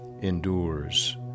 endures